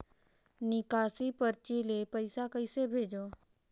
निकासी परची ले पईसा कइसे भेजों?